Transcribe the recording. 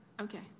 Okay